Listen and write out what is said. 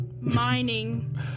mining